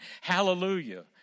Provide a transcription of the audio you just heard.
hallelujah